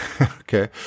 Okay